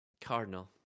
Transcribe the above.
Cardinal